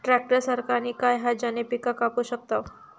Tractor सारखा आणि काय हा ज्याने पीका कापू शकताव?